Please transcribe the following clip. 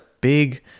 big